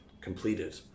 completed